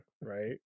Right